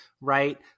right